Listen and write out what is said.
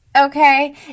Okay